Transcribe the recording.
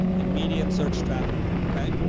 and medium search traffic. ok.